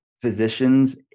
physicians